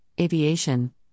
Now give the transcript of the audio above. aviation